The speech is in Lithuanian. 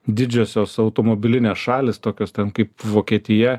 didžiosios automobilinės šalys tokios kaip vokietija